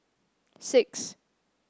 six